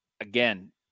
again